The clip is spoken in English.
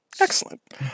Excellent